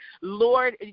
Lord